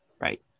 Right